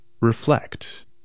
Reflect